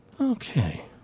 Okay